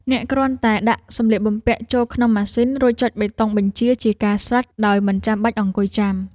អ្នកគ្រាន់តែដាក់សម្លៀកបំពាក់ចូលក្នុងម៉ាស៊ីន រួចចុចប៊ូតុងបញ្ជាជាការស្រេចដោយមិនចាំបាច់អង្គុយចាំ។